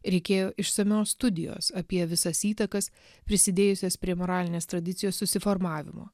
reikėjo išsamios studijos apie visas įtakas prisidėjusias prie moralinės tradicijos susiformavimo